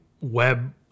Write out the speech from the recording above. web